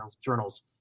journals